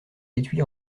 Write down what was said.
étuis